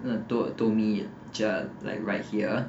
you talk to me just like right here